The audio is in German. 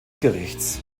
gerichts